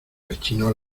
rechinó